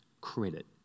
credit